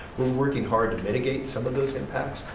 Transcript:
we're working hard to mitigate some of those impacts,